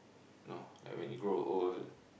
know like when you grow old